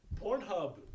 Pornhub